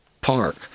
park